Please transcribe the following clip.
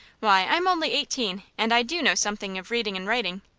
why, i'm only eighteen, and i do know something of readin' and writin'.